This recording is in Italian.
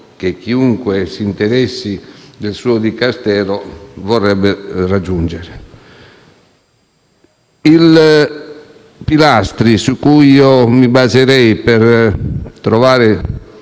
che chiunque si interessi del suo Dicastero vorrebbe raggiungere. I pilastri su cui mi baserei per trovare